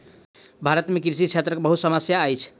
भारत में कृषि क्षेत्रक बहुत समस्या अछि